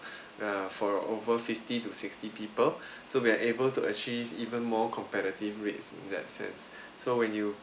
err for over fifty to sixty people so we are able to achieve even more competitive rates in that sense so when you